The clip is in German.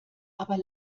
aber